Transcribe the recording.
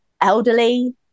elderly